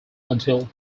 until